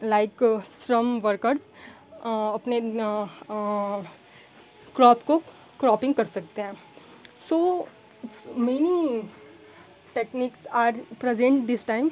like श्रम workers अपने crop को क्रॉपिंग कर सकते हैं so many techniques are present this time